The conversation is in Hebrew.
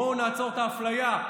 בואו נעצור את האפליה,